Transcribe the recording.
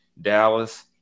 Dallas